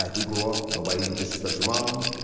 like we grew up, nobody disrespects your mom.